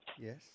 Yes